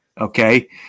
Okay